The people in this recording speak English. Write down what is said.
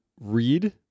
read